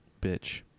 bitch